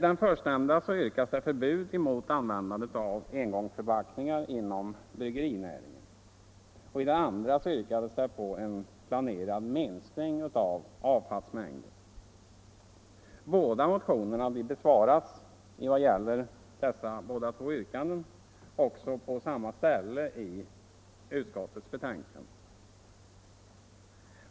Det förstnämnda yrkandet avser förbud mot användande av engångsförpackningar inom bryggerinäringen, och det andra gäller en planerad minskning av avfallsmängden. Båda motionerna behandlas också, med avseende på dessa två yrkanden, på samma ställe i utskottets betänkande.